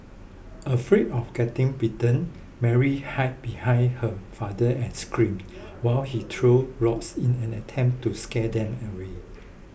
afraid of getting bitten Mary hide behind her father and screamed while he throw rocks in an attempt to scare them away